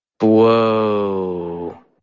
Whoa